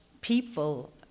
people